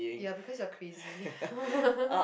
ya because you're crazy